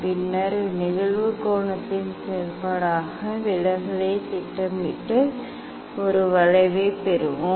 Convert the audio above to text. பின்னர் நிகழ்வு கோணத்தின் செயல்பாடாக விலகலைத் திட்டமிட்டு ஒரு வளைவைப் பெறுவோம்